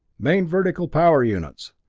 main vertical power units!